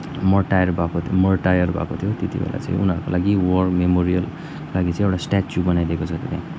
martyr भको थियो martyr भएको थियो त्यतिबेला चाहिँ उनीहरूका लागि वार मेमोरियल लागि चाहिँ एउटा स्ट्याचु बनाइदिएको छ त्यहाँ